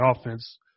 offense